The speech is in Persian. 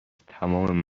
تمام